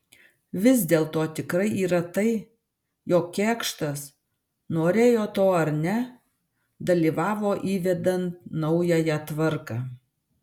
vis dėlto tikra yra tai jog kėkštas norėjo to ar ne dalyvavo įvedant naująją tvarką